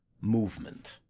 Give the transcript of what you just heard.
movement